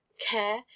Care